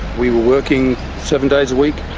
we were working seven days a week,